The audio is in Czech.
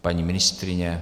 Paní ministryně?